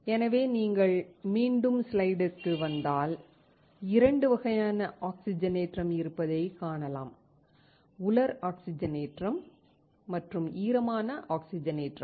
எனவே நீங்கள் மீண்டும் ஸ்லைடிற்கு வந்தால் 2 வகையான ஆக்சிஜனேற்றம் இருப்பதைக் காணலாம் உலர் ஆக்சிஜனேற்றம் மற்றும் ஈரமான ஆக்சிஜனேற்றம்